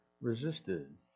resisted